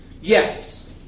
Yes